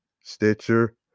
stitcher